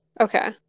okay